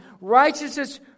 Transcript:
righteousness